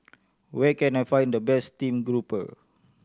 where can I find the best steamed grouper